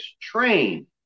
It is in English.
train